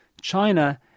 China